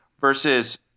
versus